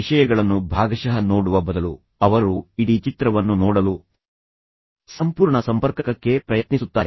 ವಿಷಯಗಳನ್ನು ಭಾಗಶಃ ನೋಡುವ ಬದಲು ಅವರು ಇಡೀ ಚಿತ್ರವನ್ನು ನೋಡಲು ಸಂಪೂರ್ಣ ಸಂಪರ್ಕಕಕ್ಕೆ ಪ್ರಯತ್ನಿಸುತ್ತಾರೆ